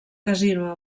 casino